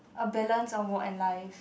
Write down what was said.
a balance on work and life